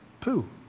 poo